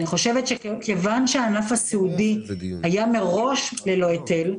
אני חושבת שכיוון שהענף הסיעודי היה מראש ללא היטל,